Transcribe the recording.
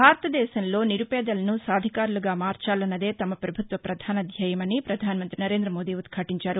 భారతదేశంలో నిరుపేదలను సాధికారులుగా మార్చాలన్నదే తమ ప్రభుత్వ ప్రధాన ధ్యేయమని ప్రధానమంత్రి నరేంద్రమోదీ ఉదాటించారు